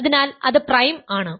അതിനാൽ അത് പ്രൈം ആണ്